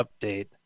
update